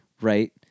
right